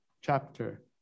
chapter